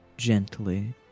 gently